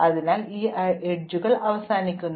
അതിനാൽ ഈ അരികുകൾ അവശേഷിക്കുന്നു